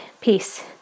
Peace